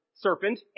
serpent